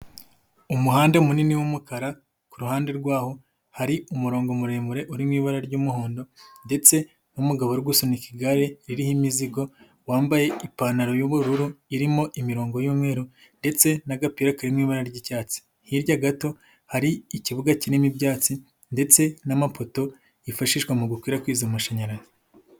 Umuhanda munini w'umukara, ku ruhande rw'aho hari umurongo muremure uri mu ibara ry'umuhondo ndetse n'umugabo uri gusunika igare ririho imizigo wambaye ipantaro y'ubururu irimo imirongo y'umweru ndetse n'agapira kari mu ibara ry'icyatsi, hirya gato hari ikibuga kinini k'ibyatsi ndetse n'amapoto yifashishwa mu gukwirakwiza amashanyarazi.